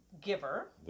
Giver